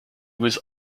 was